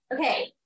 Okay